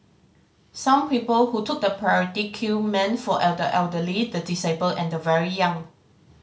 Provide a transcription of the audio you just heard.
some people who took the priority queue meant for elder elderly the disabled and the very young